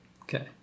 Okay